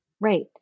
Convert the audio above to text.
right